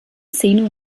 zeno